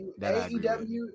AEW